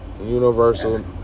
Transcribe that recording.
Universal